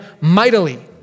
mightily